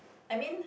I mean